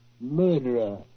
murderer